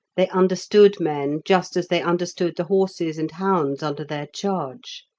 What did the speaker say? they understood men just as they understood the horses and hounds under their charge.